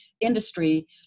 industry